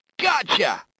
Gotcha